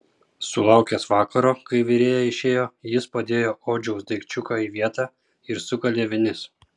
sulaukęs vakaro kai virėja išėjo jis padėjo odžiaus daikčiuką į vietą ir sukalė vinis